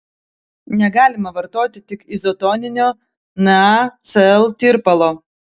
negalima vartoti tik izotoninio nacl tirpalo